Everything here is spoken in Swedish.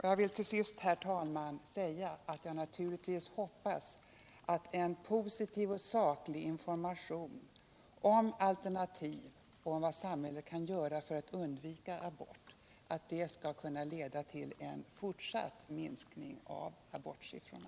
Jag vill till sist, herr talman, säga att jag naturligtvis hoppas att en positiv och saklig information om alternativ till aborter och om vad samhället kan göra för att undvika aborter skall kunna leda till en fortsatt minskning av abortsiffrorna.